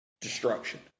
destruction